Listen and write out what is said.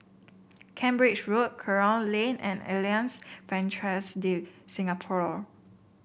Cambridge Road Kerong Lane and Alliance Francaise de Singapour